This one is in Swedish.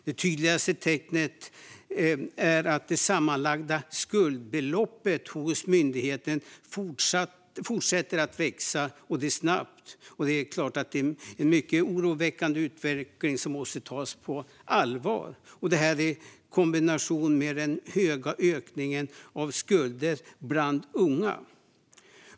Det tydligaste tecknet är att det sammanlagda skuldbeloppet hos myndigheten fortsätter att växa, och det snabbt. Det är såklart en mycket oroväckande utveckling som måste tas på allvar i kombination med den höga ökningen av skulder bland unga.